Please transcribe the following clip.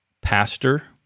pastor